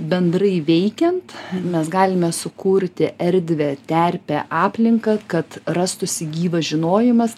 bendrai veikiant mes galime sukurti erdvę terpę aplinką kad rastųsi gyvas žinojimas